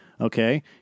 okay